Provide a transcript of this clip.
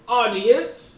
audience